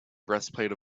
breastplate